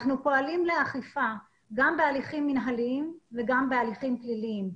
אנחנו פועלים לאכיפה גם בהליכים מינהליים וגם בהליכים פליליים.